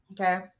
Okay